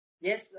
Yes